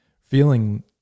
feeling